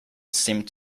seemed